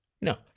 No